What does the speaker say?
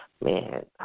man